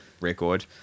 record